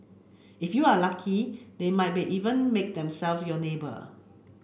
if you are lucky they might be even make themselves your neighbour